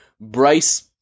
Bryce